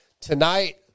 Tonight